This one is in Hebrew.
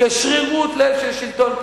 כשרירות-לב של שלטון,